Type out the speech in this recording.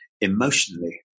emotionally